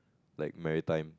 like Maritime